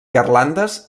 garlandes